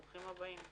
ברוכים הבאים.